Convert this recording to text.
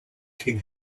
king